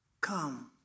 come